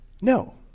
no